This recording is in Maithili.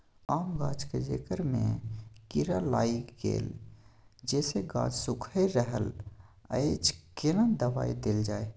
आम गाछ के जेकर में कीरा लाईग गेल जेसे गाछ सुइख रहल अएछ केना दवाई देल जाए?